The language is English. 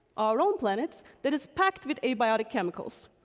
our own planet, that is packed with abiotic chemicals.